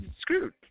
screwed